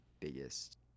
biggest